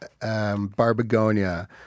barbagonia